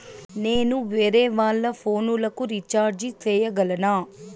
నేను వేరేవాళ్ల ఫోను లకు రీచార్జి సేయగలనా?